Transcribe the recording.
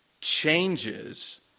changes